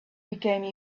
became